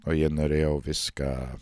o jie norėjo viską